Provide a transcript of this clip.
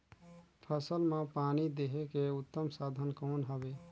फसल मां पानी देहे के उत्तम साधन कौन हवे?